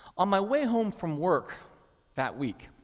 on my way home from work that week,